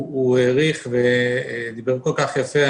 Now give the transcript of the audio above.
הוא האריך בדבריו ודיבר כל כך יפה.